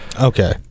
Okay